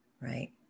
Right